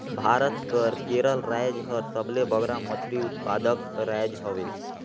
भारत कर केरल राएज हर सबले बगरा मछरी उत्पादक राएज हवे